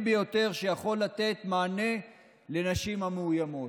ביותר שיכול לתת מענה לנשים מאוימות.